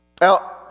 Now